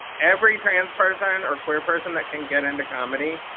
every trans person or queer person that can get into comedy,